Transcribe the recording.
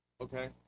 Okay